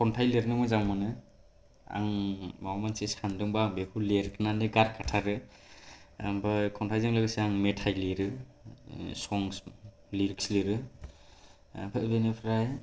खन्थाइ लिरनो मोजां मोनो आं माबा मोनसे सान्दो बा आं बेखौ लिरनानै गारखाथारो आमफ्राय खन्थाइजों लोगोसे आं मेथाइ लेरो संस् लिरिक्स लिरो आमफ्राय बेनिफ्राय